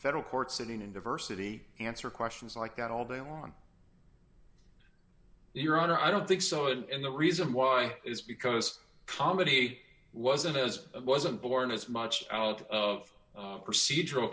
federal courts sitting in diversity answer questions like that all day on your honor i don't think so and the reason why is because comedy wasn't as wasn't born as much out of procedural